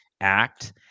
Act